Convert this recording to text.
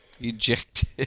Ejected